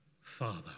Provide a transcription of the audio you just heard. Father